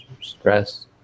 stress